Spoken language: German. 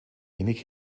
wenig